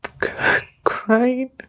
crying